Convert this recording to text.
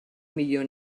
millor